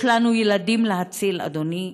יש לנו ילדים להציל, אדוני.